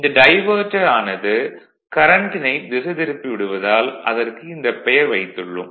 இந்த டைவர்ட்டர் ஆனது கரண்ட்டினை திசை திருப்பி விடுவதால் அதற்கு இந்தப் பெயர் வைத்துள்ளோம்